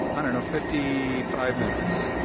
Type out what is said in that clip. i don't know, fifty five minutes.